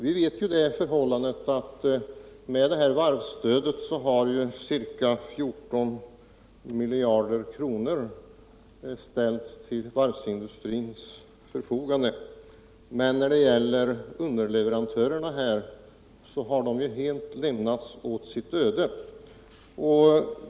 Vi vet att med hjälp av varvsstödet har ca 14 miljarder ställts till varvsindustrins förfogande. Men underleverantörerna har helt lämnats åt sitt öde.